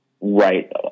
right